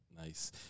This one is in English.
Nice